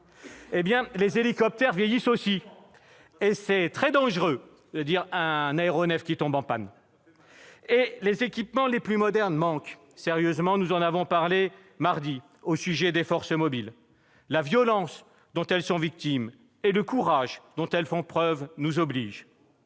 gentil ! Les hélicoptères vieillissent aussi. Et un aéronef qui tombe en panne, c'est très dangereux ! Les équipements les plus modernes manquent sérieusement ; nous en avons parlé mardi au sujet des forces mobiles. La violence dont elles sont victimes et le courage dont elles font preuve nous obligent.